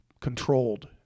controlled